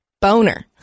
Boner